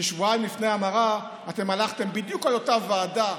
ששבועיים לפני ההמרה אתם הלכתם בדיוק על אותה ועדה